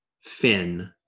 Finn